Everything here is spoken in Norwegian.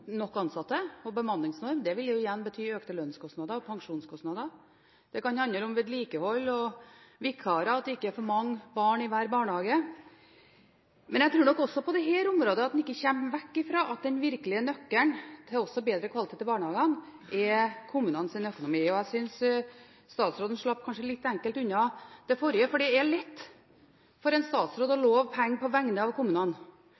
og vikarer, og at det ikke er for mange barn i hver barnehage. Jeg tror også at en på dette området ikke kommer bort fra at den virkelige nøkkelen til bedre kvalitet i barnehagene, er kommunenes økonomi. Jeg synes statsråden kanskje slapp litt enkelt unna det forrige spørsmålet. Det er lett for en statsråd å love penger på vegne av kommunene.